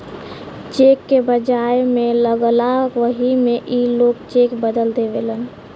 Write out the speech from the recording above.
check के भजाए मे लगला वही मे ई लोग चेक बदल देवेलन